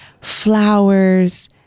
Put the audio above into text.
flowers